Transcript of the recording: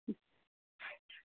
ಹ್ಞೂ